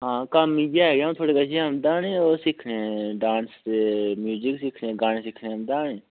हां कम्म इ'यै कि अं'ऊ तुंदे कश औंदा हा निं ओह् सिक्खने गी डांस ते म्यूजिक सिक्खने गाने सिक्खने गी औंदा निं